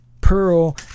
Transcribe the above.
pearl